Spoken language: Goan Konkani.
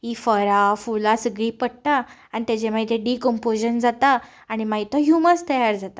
हीं फळां फुलां सगळीं पडटा आनी तेजे मागीर तें डिकंपोजन जाता आनी मागीर तो ह्यूमस तयार जाता